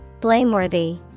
Blameworthy